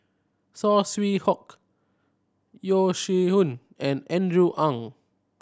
Saw Swee Hock Yeo Shih Yun and Andrew Ang